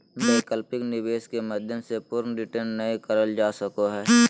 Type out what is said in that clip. वैकल्पिक निवेश के माध्यम से पूर्ण रिटर्न नय करल जा सको हय